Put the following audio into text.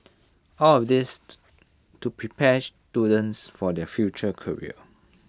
all of this to prepare students for their future career